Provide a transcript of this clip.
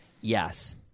Yes